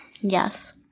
Yes